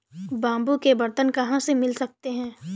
Bamboo के बर्तन कहाँ से मिल सकते हैं?